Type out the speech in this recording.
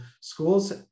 schools